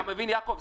אתה מבין, יעקב?